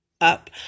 up